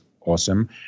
awesome